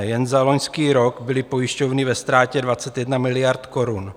Jen za loňský rok byly pojišťovny ve ztrátě 21 miliard korun.